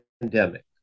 pandemic